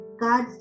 God's